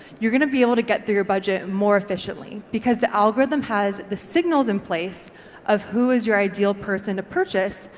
you're gonna be able to get through your budget more efficiently because the algorithm has the signals in place of who is your ideal person to purchase.